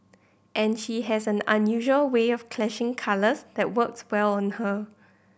and she has an unusual way of clashing colours that works well on her